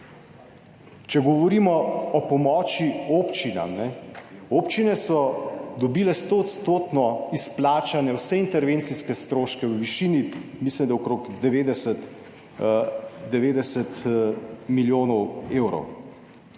Če govorimo o pomoči občinam, občine so dobile 100 % izplačane vse intervencijske stroške v višini, mislim da okrog 90 milijonov evrov.